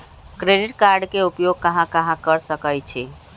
Credit card के उपयोग कहां कहां कर सकईछी?